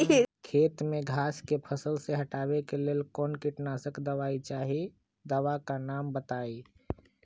खेत में घास के फसल से हटावे के लेल कौन किटनाशक दवाई चाहि दवा का नाम बताआई?